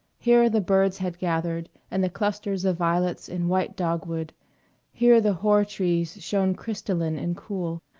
here the birds had gathered and the clusters of violets and white dogwood here the hoar trees shone crystalline and cool,